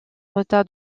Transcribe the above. retard